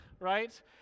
right